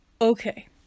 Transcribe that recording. Okay